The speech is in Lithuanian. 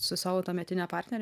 su savo tuometine partnere